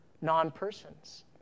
non-persons